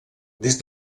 des